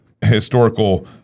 historical